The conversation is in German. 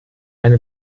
eine